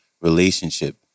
relationship